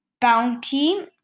bounty